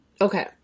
Okay